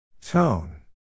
Tone